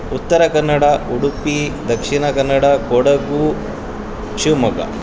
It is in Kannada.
ಉತ್ತರ ಕನ್ನಡ ಉಡುಪಿ ದಕ್ಷಿಣ ಕನ್ನಡ ಕೊಡಗು ಶಿವಮೊಗ್ಗ